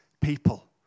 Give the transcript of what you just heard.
people